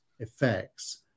effects